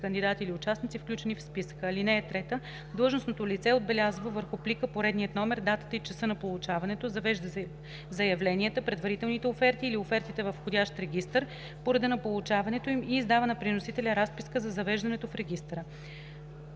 кандидати или участници, включени в списъка. (3) Длъжностното лице отбелязва върху плика поредния номер, датата и часа на получаването, завежда заявленията, предварителните оферти или офертите във входящ регистър по реда на получаването им и издава на приносителя разписка за завеждането в регистъра.